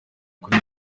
kuri